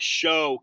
show